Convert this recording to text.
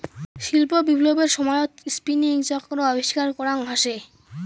শিল্প বিপ্লবের সময়ত স্পিনিং চক্র আবিষ্কার করাং হসে